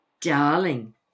Darling